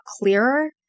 clearer